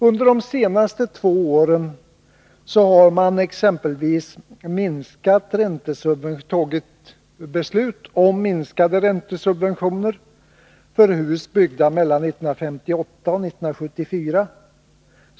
Under de senaste två åren har man exempelvis tagit beslut om minskade räntesubventioner för hus byggda mellan 1958 och 1974.